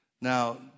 Now